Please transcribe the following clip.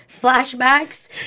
flashbacks